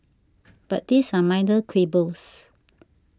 but these are minor quibbles